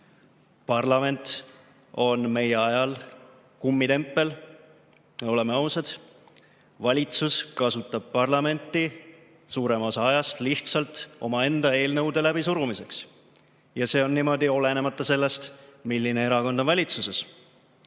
Parlament on meie ajal kummitempel. Oleme ausad, valitsus kasutab parlamenti suurema osa ajast lihtsalt omaenda eelnõude läbisurumiseks. Ja see on niimoodi olenemata sellest, milline erakond on valitsuses.